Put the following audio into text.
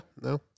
no